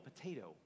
potato